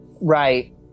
Right